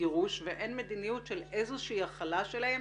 גירוש ואין מדיניות של איזושהי הכלה שלהם,